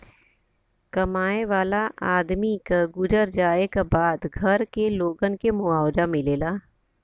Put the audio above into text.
कमाए वाले आदमी क गुजर जाए क बाद घर के लोगन के मुआवजा मिलेला